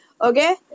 Okay